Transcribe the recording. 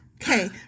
Okay